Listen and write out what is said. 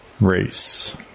race